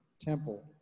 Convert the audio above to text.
temple